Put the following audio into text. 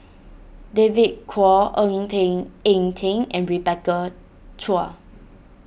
David Kwo Ng Teng Eng Teng and Rebecca Chua